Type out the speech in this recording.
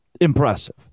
Impressive